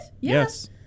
Yes